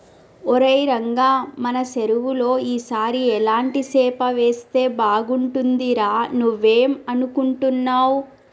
ఒరై రంగ మన సెరువులో ఈ సారి ఎలాంటి సేప వేస్తే బాగుంటుందిరా నువ్వేం అనుకుంటున్నావ్